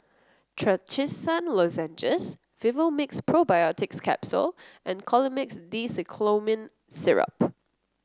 Trachisan Lozenges Vivomixx Probiotics Capsule and Colimix Dicyclomine Syrup